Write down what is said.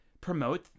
promote